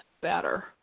better